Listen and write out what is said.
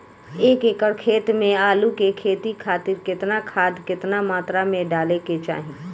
एक एकड़ खेत मे आलू के खेती खातिर केतना खाद केतना मात्रा मे डाले के चाही?